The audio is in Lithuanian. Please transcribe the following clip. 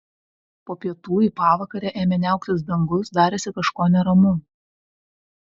po pietų į pavakarę ėmė niauktis dangus darėsi kažko neramu